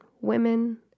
women